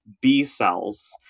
b-cells